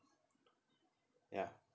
ya